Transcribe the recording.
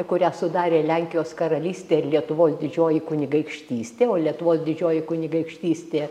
kurią sudarė lenkijos karalystė ir lietuvos didžioji kunigaikštystė o lietuvos didžioji kunigaikštystė